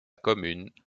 commune